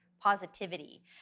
positivity